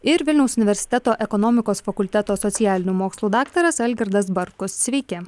ir vilniaus universiteto ekonomikos fakulteto socialinių mokslų daktaras algirdas bartkus sveiki